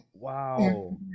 Wow